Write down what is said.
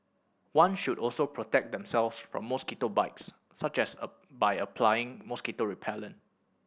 one should also protect themselves from mosquito bites such as a by applying mosquito repellent